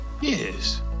Yes